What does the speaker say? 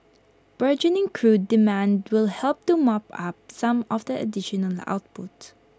burgeoning crude demand will help to mop up some of the additional output